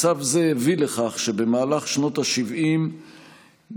מצב זה הביא לכך שבמהלך שנות השבעים בוצע